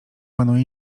panuje